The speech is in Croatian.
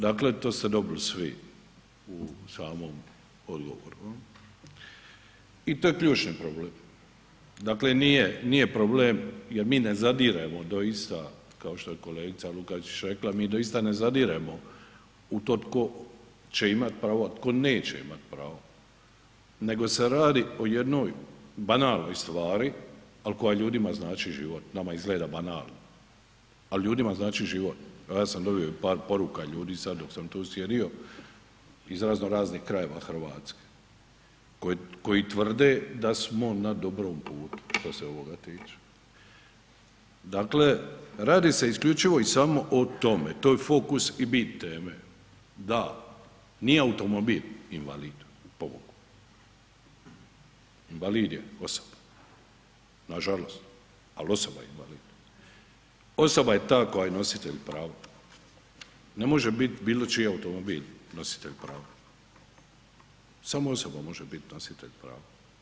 Dakle, to ste dobili svi u samom odgovoru i to je ključni problem, dakle nije, nije problem jer mi ne zadiremo doista kao što je kolegica Lukačić rekla, mi doista ne zadiremo u to tko će imat pravo, a tko neće imat pravo, nego se radi o jednoj banalnoj stvari, al koja ljudima znači život, nama izgleda banalno, al ljudima znači život, evo ja sam dobio i par poruka ljudi sad dok sam tu sjedio iz razno raznih krajeva RH koji tvrde da smo na dobrom putu što se ovoga tiče, dakle radi se isključivo i samo o tome, to je fokus i bit teme, da nije automobil invalid pobogu, invalid je osoba, nažalost, al osoba je invalid, osoba je ta koja je nositelj prava, ne može bit bilo čiji automobil nositelj prava, samo osoba može bit nositelj prava.